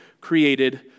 created